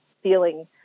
feeling